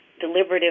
deliberative